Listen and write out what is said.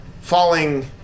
falling